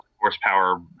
horsepower